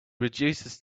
reduces